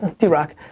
drock,